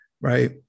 right